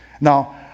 Now